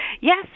Yes